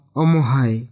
omohai